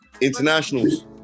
internationals